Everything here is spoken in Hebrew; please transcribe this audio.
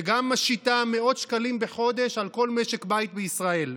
שגם משיתה מאות שקלים בחודש על כל משק בית בישראל,